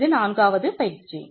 இது நான்காவது பயிற்சி